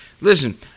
Listen